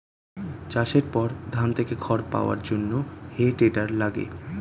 চাষের পর ধান থেকে খড় পাওয়ার জন্যে হে টেডার লাগে